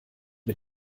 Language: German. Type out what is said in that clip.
mit